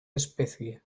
especie